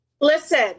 Listen